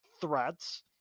threats